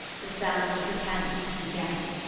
the sound of the cannon began.